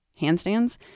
handstands